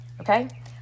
Okay